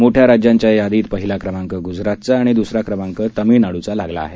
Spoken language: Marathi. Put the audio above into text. मोठ्या राज्यांच्या यादीत पहिला क्रमांक गुजरातचा आणि दुसरा क्रमांक तामिळनाडुचा लागला आहे